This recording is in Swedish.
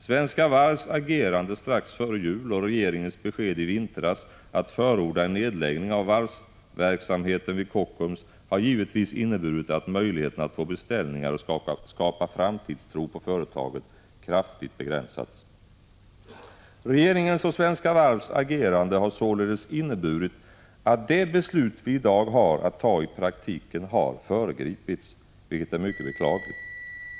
Svenska Varvs agerande strax före jul och regeringens besked i vintras att förorda en nedläggning av varvsverksamheten vid Kockums har givetvis inneburit att möjligheterna att få beställningar och skapa framtidstro på företaget kraftigt begränsats. Regeringens och Svenska Varvs agerande har således inneburit att det beslut vi i dag har att fatta i praktiken har föregripits, vilket är mycket beklagligt.